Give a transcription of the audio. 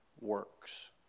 works